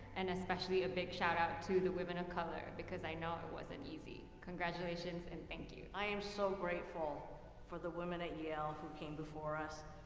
and especially a big shout out to the women of color because i know it wasn't easy. congratulations and thank you. i am so grateful for the women at yale who came before us.